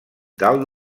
dalt